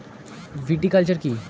Viticulture কী?